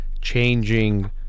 changing